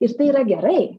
ir tai yra gerai